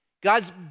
God's